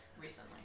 recently